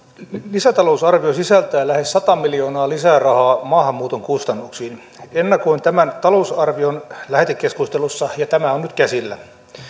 lisätalousarvio sisältää lähes sata miljoonaa lisää rahaa maahanmuuton kustannuksiin ennakoin tämän talousarvion lähetekeskustelussa ja tämä on nyt käsillä